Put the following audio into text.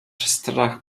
strach